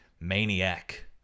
Maniac